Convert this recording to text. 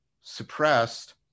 suppressed